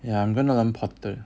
ya I'm gonna learn pottery